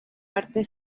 parte